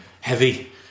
heavy